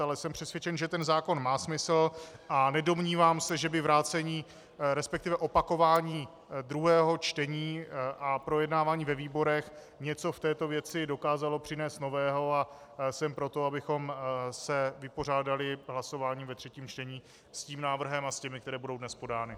Ale jsem přesvědčen, že ten zákon má smysl, a nedomnívám se, že by vrácení, resp. opakování druhého čtení a projednávání ve výborech něco v této věci dokázalo přinést nového, a jsem pro to, abychom se vypořádali hlasováním ve třetím čtení s tím návrhem a s těmi, které budou dnes podány.